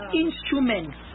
instruments